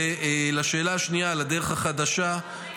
חיים בשותפות לא כולל גזענות.